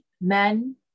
men